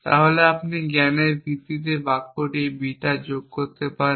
তাহলে আপনি জ্ঞানের ভিত্তিতে বাক্যটি বিটা যোগ করতে পারেন